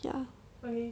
ya